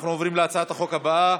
אנחנו עוברים להצעת החוק הבאה,